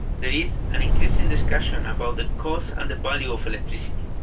there is an increasing discussion about the cost and the value of electricity.